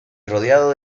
rodeado